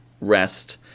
rest